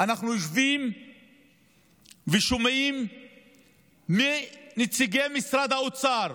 אנחנו יושבים ושומעים מנציגי משרד האוצר